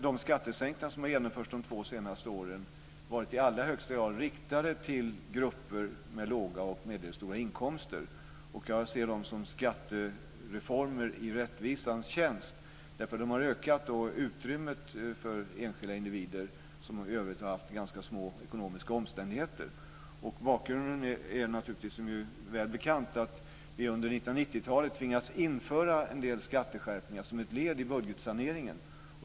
De skattesänkningar som har genomförts de två senaste åren har varit i allra högsta grad riktade till grupper med låga och medelstora inkomster. Jag ser dem som skattereformer i rättvisans tjänst. De har ökar utrymmet för enskilda individer som i övrigt har haft ganska små ekonomiska omständigheter. Bakgrunden är naturligtvis, som är väl bekant, att vi under 1990-talet tvingades införa en del skatteskärpningar som ett led i budgetsaneringen.